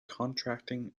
contracting